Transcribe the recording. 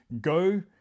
Go